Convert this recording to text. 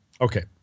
Okay